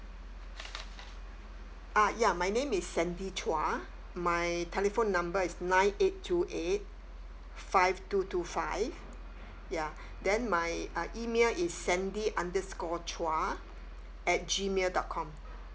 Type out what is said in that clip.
ah ya my name is sandy chua my telephone number is nine eight two eight five two two five ya then my uh email is sandy underscore chua at gmail dot com